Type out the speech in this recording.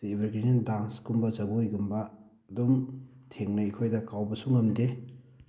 evergreen ꯗꯥꯟꯁꯀꯨꯝꯕ ꯖꯒꯣꯏꯒꯨꯝꯕ ꯑꯗꯨꯝ ꯊꯦꯡꯅꯩ ꯑꯩꯈꯣꯏꯗ ꯀꯥꯎꯕꯁꯨ ꯉꯝꯗꯦ